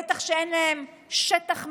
בטח אין להם שטח מחיה.